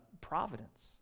providence